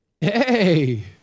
Hey